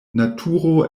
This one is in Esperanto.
naturo